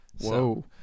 Whoa